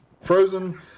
Frozen